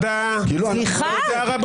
סליחה?